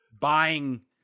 buying